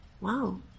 wow